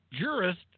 jurist